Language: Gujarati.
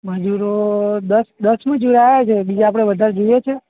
મજૂરો દસ દસ મજૂર આવ્યા છે બીજા આપણે વધારે જોઈએ છે